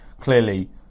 clearly